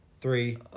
three